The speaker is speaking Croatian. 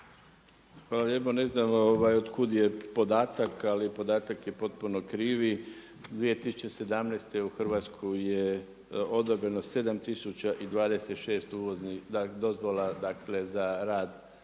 Hvala lijepo. Ne znam od kud je podatak ali podatak je potpuno krivi. 2017. u Hrvatsku je odobreno 7026 uvoznih dozvola za rad